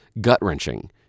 gut-wrenching